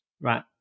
right